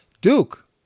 Duke